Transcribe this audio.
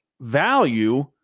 value